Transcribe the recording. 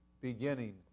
beginning